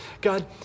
God